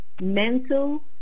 mental